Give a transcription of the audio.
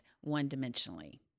one-dimensionally